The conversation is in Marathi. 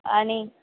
आणि